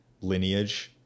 lineage